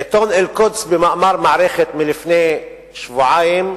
העיתון "אל-קודס", במאמר מערכת מלפני שבועיים,